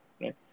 right